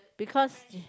because